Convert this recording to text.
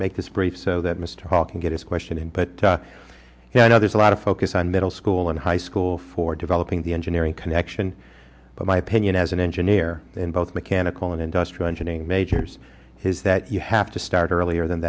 make this brief so that mr hall can get his question in but you know there's a lot of focus on middle school and high school for developing the engineering connection but my opinion as an engineer in both mechanical and industrial engineering majors has that you have to start earlier than